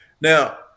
Now